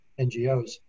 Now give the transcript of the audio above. NGOs